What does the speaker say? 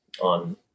on